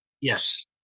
Yes